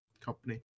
company